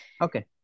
okay